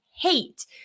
hate